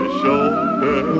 shoulder